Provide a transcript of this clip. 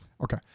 Okay